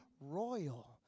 royal